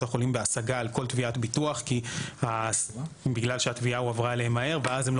החולים בהשגה על כל תביעת ביטוח בגלל שהתביעה הועברה אליהם מהר ואז הם לא